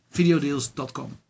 videodeals.com